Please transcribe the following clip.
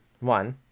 One